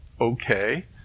okay